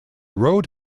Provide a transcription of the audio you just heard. road